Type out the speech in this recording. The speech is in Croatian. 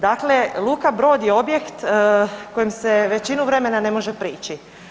Dakle, luka Brod je objekt kojim se većinu vremena ne može prići.